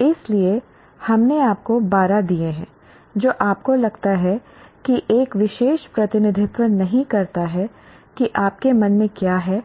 इसलिए हमने आपको 12 दिए हैं जो आपको लगता है कि एक विशेष प्रतिनिधित्व नहीं करता है कि आपके मन में क्या है